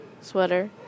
sweater